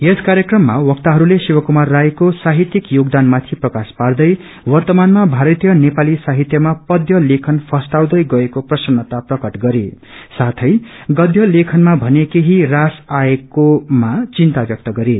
यस कार्यक्रममाक्त्रहरूले शिवकुमार राईस्रे साहित्यिक योगदानमाणि प्रकाश पार्दै वव्रमानमा भारतीय नेपाली साहित्यमा पध्य लेखन फस्टाउँदै गएको प्रसन्नता प्रकट गरे साथै गध्य लेखनमा भने को व्हास आएकोमा चिनता व्यक्त गरे